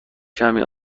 کمی